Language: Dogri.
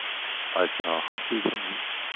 अच्छा हर चीज थ्होंदी